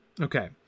Okay